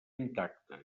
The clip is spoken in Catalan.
intacte